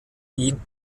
ihn